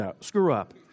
screw-up